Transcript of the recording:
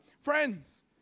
Friends